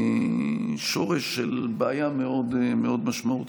שורש של בעיה מאוד משמעותית,